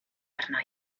arna